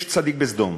יש צדיק בסדום.